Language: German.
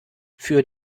für